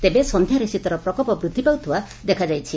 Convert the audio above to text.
ତେବେ ସନ୍ଧ୍ୟାରେ ଶୀତର ପ୍ରକୋପ ବୃଦ୍ଧି ପାଉଥିବା ଦେଖାଯାଉଛି